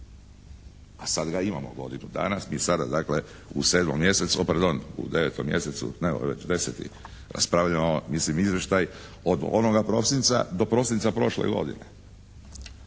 a sad ga imamo godinu dana i sada dakle u 7. mjesecu, pardon u 9. mjesecu, ne ovo je već 10. raspravljamo mislim izvještaj od onoga prosinca do prosinca prošle godine.